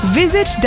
visit